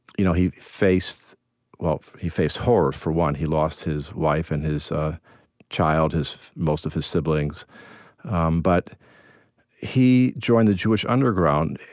you know he faced well, he faced horrors for one. he lost his wife and his child, most of his siblings um but he joined the jewish underground,